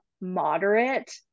moderate